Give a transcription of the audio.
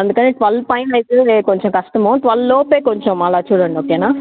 అందుకని ట్వెల్వ్ పైన అంటే కొంచెం కష్టం ట్వెల్వ్ లోపే కొంచెం అలా చూడండి ఓకేనా